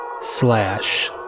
slash